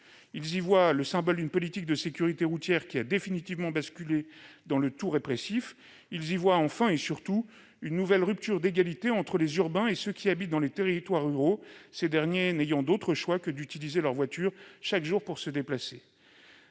Ils y voient le symbole d'une politique de sécurité routière ayant définitivement basculé dans le tout répressif. Ils y voient enfin, et surtout, une nouvelle rupture d'égalité entre les urbains et ceux qui habitent dans les territoires ruraux, ces derniers n'ayant d'autres choix, pour se déplacer, que d'utiliser leur voiture chaque jour. Abaissement